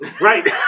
Right